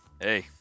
Hey